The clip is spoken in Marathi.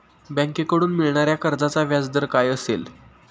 बँकेकडून मिळणाऱ्या कर्जाचा व्याजदर काय असेल?